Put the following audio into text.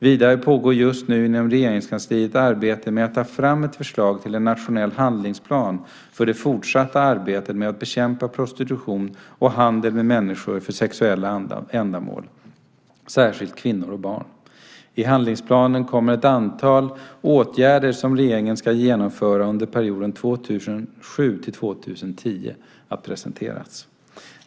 Vidare pågår just nu inom Regeringskansliet arbete med att ta fram ett förslag till en nationell handlingsplan för det fortsatta arbetet med att bekämpa prostitution och handel med människor för sexuella ändamål, särskilt kvinnor och barn. I handlingsplanen kommer ett antal åtgärder som regeringen ska genomföra under perioden 2007-2010 att presenteras.